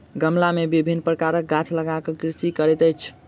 गमला मे विभिन्न प्रकारक गाछ लगा क कृषि करैत अछि